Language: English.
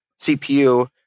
CPU